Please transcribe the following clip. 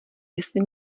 jestli